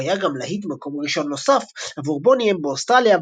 הוא היה גם להיט מקום-ראשון נוסף עבור בוני אם באוסטרליה,